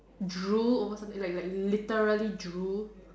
drool over something like like literally drool